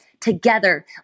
Together